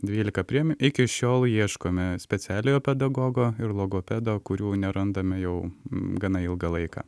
dvylika priėmėm iki šiol ieškome specialiojo pedagogo ir logopedo kurių nerandame jau gana ilgą laiką